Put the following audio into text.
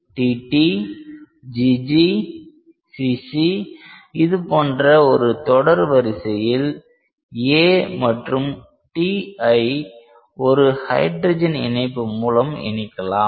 AATTGGCC இதுபோன்ற ஒரு தொடர் வரிசையில் A மற்றும் Tஐ ஒரு ஹைட்ரஜன் இணைப்பு மூலம் இணைக்கலாம்